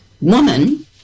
woman